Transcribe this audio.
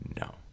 No